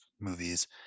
movies